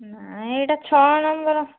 ନାଇଁ ଏଇଟା ଛଅ ନମ୍ବର